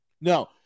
No